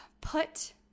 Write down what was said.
Put